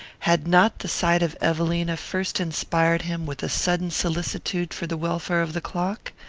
had not the sight of evelina first inspired him with a sudden solicitude for the welfare of the clock?